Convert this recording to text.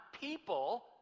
people